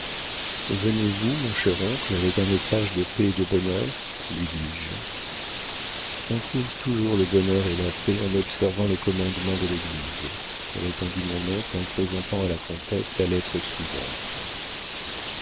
venez-vous mon cher oncle avec un message de paix et de bonheur lui dis-je on trouve toujours le bonheur et la paix en observant les commandements de l'église répondit mon oncle en présentant à la comtesse la lettre suivante